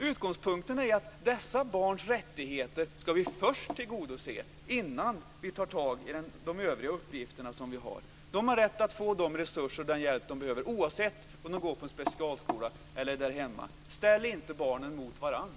Utgångspunkten är att vi först ska tillgodose dessa barns rättigheter innan vi tar tag i de övriga uppgifter som vi har. Dessa barn har rätt att få de resurser och den hjälp som de behöver oavsett om de går på en specialskola eller i en skola därhemma. Ställ inte barnen mot varandra!